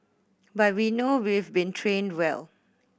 but we know we've been trained well